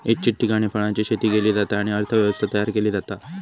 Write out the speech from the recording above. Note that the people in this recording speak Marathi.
इच्छित ठिकाणी फळांची शेती केली जाता आणि अर्थ व्यवस्था तयार केली जाता